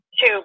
Two